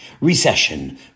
Recession